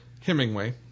Hemingway